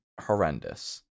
horrendous